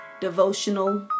devotional